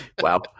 wow